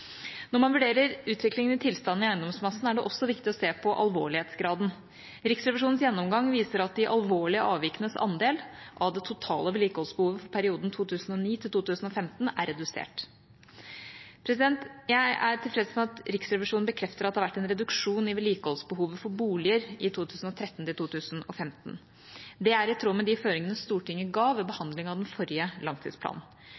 Når man vurderer utviklingen i tilstanden i eiendomsmassen, er det også viktig å se på alvorlighetsgraden. Riksrevisjonens gjennomgang viser at de alvorlige avvikenes andel av det totale vedlikeholdsbehovet for perioden 2009–2015 er redusert. Jeg er tilfreds med at Riksrevisjonen bekrefter at det har vært en reduksjon i vedlikeholdsbehovet for boliger i 2013–2015. Det er i tråd med de føringene Stortinget ga ved